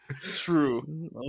true